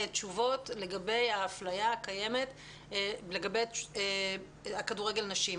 תשובות לגבי ההפליה הקיימת בכדורגל נשים.